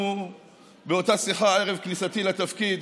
באותה שיחה ערב כנסתי לתפקיד,